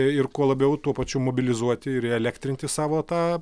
ir kuo labiau tuo pačiu mobilizuoti ir įelektrinti savo tą